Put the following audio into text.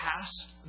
past